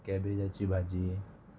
कॅबेजाची भाजी